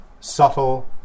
subtle